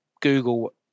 Google